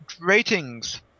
ratings